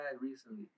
recently